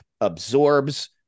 absorbs